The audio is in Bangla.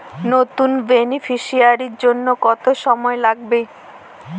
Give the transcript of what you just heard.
নতুন বেনিফিসিয়ারি জন্য কত সময় লাগবে?